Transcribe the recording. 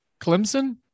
Clemson